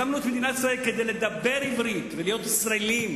הקמנו את מדינת ישראל כדי לדבר עברית ולהיות ישראלים.